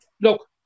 look